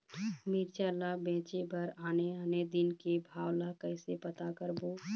मिरचा ला बेचे बर आने आने दिन के भाव ला कइसे पता करबो?